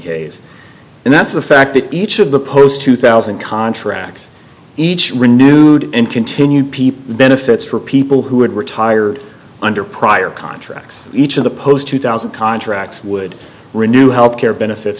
hayes and that's the fact that each of the post two thousand contracts each renewed entity new people benefits for people who had retired under prior contracts each of the post two thousand contracts would renew health care benefits